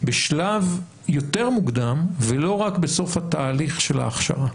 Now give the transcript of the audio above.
בשלב יותר מוקדם ולא רק בסוף התהליך של ההכשרה.